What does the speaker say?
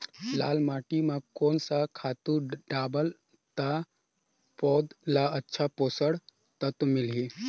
लाल माटी मां कोन सा खातु डालब ता पौध ला अच्छा पोषक तत्व मिलही?